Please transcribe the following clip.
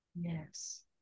Yes